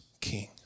king